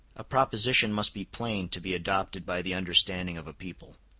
a proposition must be plain to be adopted by the understanding of a people.